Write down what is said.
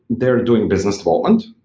they're doing business development,